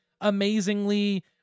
amazingly